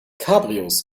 cabrios